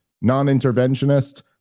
non-interventionist